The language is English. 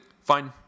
Fine